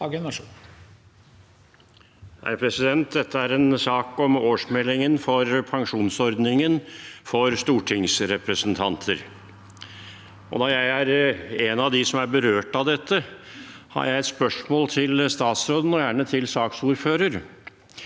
Dette er en sak om årsmeldingen for pensjonsordningen for stortingsrepresentanter. Da jeg er en av dem som er berørt av dette, har jeg et spørsmål til statsråden og gjerne til saksordfører.